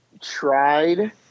tried